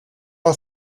are